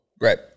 Right